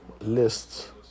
lists